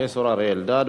פרופסור אריה אלדד.